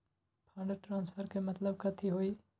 Fund transfer के मतलब कथी होई?